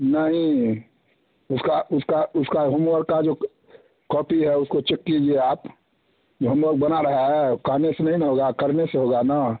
नहीं उसका उसका उसका होमवर्क का जो कॉपी है उसको चेक कीजिए आप जो होमवर्क बना रहा है कहने से नहीं ना होगा करने से होगा ना